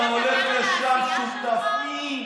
אתה הולך לשם: שותפים,